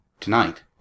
Tonight